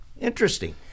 interesting